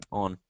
on